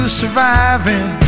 surviving